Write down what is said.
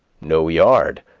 no yard!